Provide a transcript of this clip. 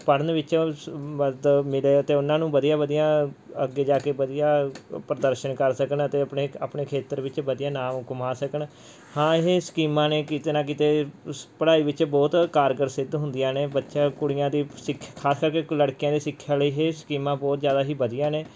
ਪੜ੍ਹਨ ਵਿੱਚੋਂ ਮਦਦ ਮਿਲੇ ਅਤੇ ਉਹਨਾਂ ਨੂੰ ਵਧੀਆ ਵਧੀਆ ਅੱਗੇ ਜਾ ਕੇ ਵਧੀਆ ਪ੍ਰਦਰਸ਼ਨ ਕਰ ਸਕਣ ਅਤੇ ਆਪਣੇ ਆਪਣੇ ਖੇਤਰ ਵਿੱਚ ਵਧੀਆ ਨਾਮ ਕਮਾ ਸਕਣ ਹਾਂ ਇਹ ਸਕੀਮਾਂ ਨੇ ਕਿਤੇ ਨਾ ਕਿਤੇ ਸ ਪੜ੍ਹਾਈ ਵਿੱਚ ਬਹੁਤ ਕਾਰਗਰ ਸਿੱਧ ਹੁੰਦੀਆਂ ਨੇ ਬੱਚਿਆਂ ਕੁੜੀਆਂ ਦੀ ਸਿੱਖਿਆ ਖ਼ਾਸ ਕਰਕੇ ਕੋ ਲੜਕੀਆਂ ਦੀ ਸਿੱਖਿਆ ਲਈ ਇਹ ਸਕੀਮਾਂ ਬਹੁਤ ਜ਼ਿਆਦਾ ਹੀ ਵਧੀਆਂ ਨੇ